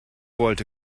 wollte